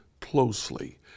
closely